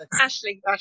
Ashley